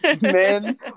Men